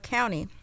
County